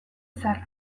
izarra